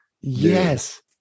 Yes